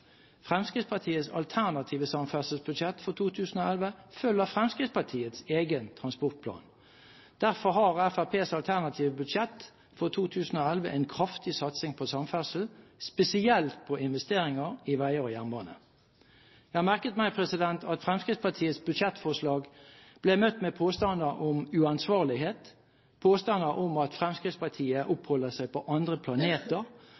Fremskrittspartiets alternative samferdselsbudsjett for 2011 følger Fremskrittspartiets egen transportplan. Derfor har Fremskrittspartiets alternative budsjett for 2011 en kraftig satsing på samferdsel – spesielt på investeringer i veier og jernbane. Jeg har merket meg at Fremskrittspartiets budsjettforslag ble møtt med påstander om uansvarlighet, påstander om at Fremskrittspartiet oppholder seg på andre planeter,